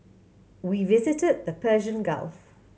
we visited the Persian Gulf